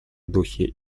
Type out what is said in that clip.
духе